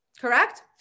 correct